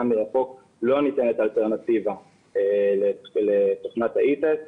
מרחוק לא ניתנת אלטרנטיבה לתוכנת ה-E-test.